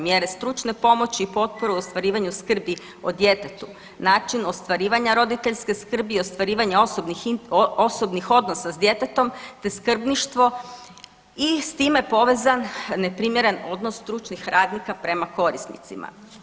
Mjere stručne pomoći i potporu u ostvarivanju skrbi o djetetu, načinu ostvarivanja roditeljske skrbi i ostvarivanja osobnih odnosa s djetetom te skrbništvo i s time povezan neprimjeren odnos stručnih radnika prema korisnicima.